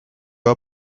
are